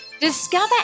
discover